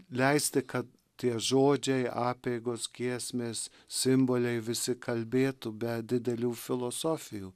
leisti kad tie žodžiai apeigos giesmės simboliai visi kalbėtų be didelių filosofijų